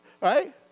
right